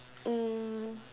um